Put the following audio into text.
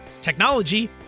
technology